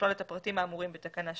תכלול את הפרטים האמורים בתקנה 2(ב)